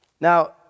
Now